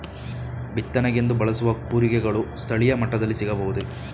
ಬಿತ್ತನೆಗೆಂದು ಬಳಸುವ ಕೂರಿಗೆಗಳು ಸ್ಥಳೀಯ ಮಟ್ಟದಲ್ಲಿ ಸಿಗಬಹುದೇ?